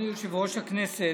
אדוני יושב-ראש הכנסת,